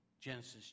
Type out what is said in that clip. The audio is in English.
Genesis